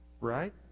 Right